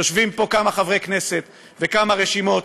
יושבים פה כמה חברי כנסת וכמה רשימות